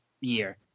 year